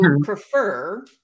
prefer